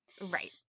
Right